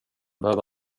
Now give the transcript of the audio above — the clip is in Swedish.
behöva